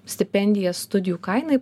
stipendiją studijų kainai